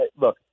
look